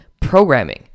programming